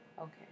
Okay